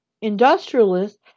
industrialists